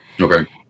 okay